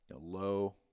low